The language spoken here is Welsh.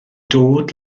dod